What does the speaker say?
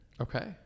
Okay